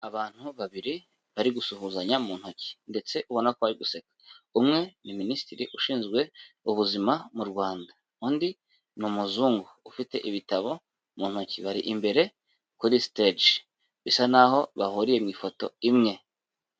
Abantu babiri bari gusuhuzanya mu ntoki ndetse ubon ko bari guseka, umwe ni minisitiri ushinzwe ubuzima mu Rwanda, undi ni umuzungu ufite ibitabo mu ntoki, bari imbere kuri siteji bisa n'aho bahuriye mu ifoto imwe.